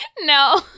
No